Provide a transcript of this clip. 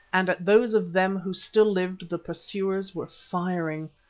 and at those of them who still lived the pursuers were firing.